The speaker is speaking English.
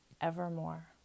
evermore